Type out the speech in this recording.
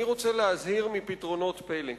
אני רוצה להזהיר מפתרונות פלא,